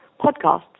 podcasts